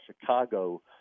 Chicago